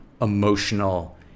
emotional